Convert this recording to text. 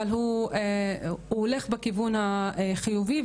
אבל הוא הולך בכיוון החיובי,